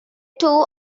two